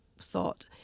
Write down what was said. thought